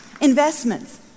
investments